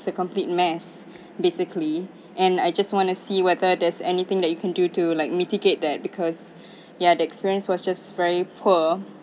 the complete mass basically and I just want to see whether there's anything that you can do to like mitigate that because ya the experience was just very poor